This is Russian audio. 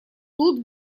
тут